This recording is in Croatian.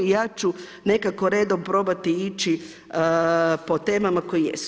Ja ću nekako redom probati ići po temama koje jesu.